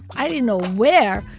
i didn't know where,